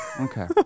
Okay